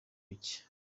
bike